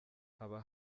haba